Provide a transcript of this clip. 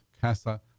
Casa